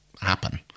happen